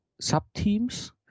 sub-teams